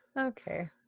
Okay